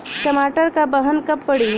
टमाटर क बहन कब पड़ी?